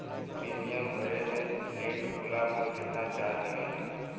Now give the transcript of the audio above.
Premium भरे मे late होला पर केतना चार्ज लागेला?